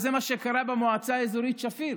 זה מה שקרה במועצה האזורית שפיר.